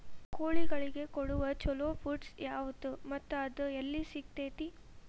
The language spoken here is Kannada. ಕೋಳಿಗಳಿಗೆ ಕೊಡುವ ಛಲೋ ಪಿಡ್ಸ್ ಯಾವದ ಮತ್ತ ಅದ ಎಲ್ಲಿ ಸಿಗತೇತಿ?